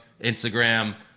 Instagram